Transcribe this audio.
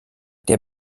der